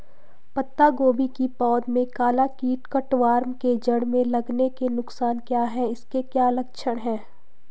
पत्ता गोभी की पौध में काला कीट कट वार्म के जड़ में लगने के नुकसान क्या हैं इसके क्या लक्षण हैं?